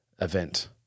event